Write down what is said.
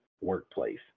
workplace